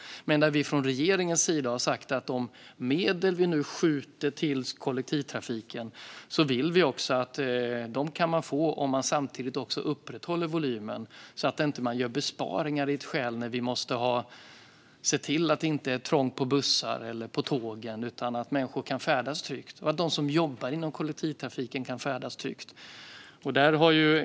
Vi från regeringens sida har sagt att man kan få de medel vi skjuter till för kollektivtrafiken om man samtidigt upprätthåller volymen, så att inte besparingar görs när vi måste se till att det inte är trångt på bussar eller tåg utan att människor kan färdas tryggt. Och de som jobbar inom kollektivtrafiken ska färdas tryggt.